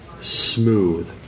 smooth